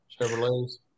Chevrolet's